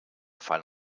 fan